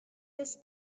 his